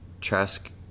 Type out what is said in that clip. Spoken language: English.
Trask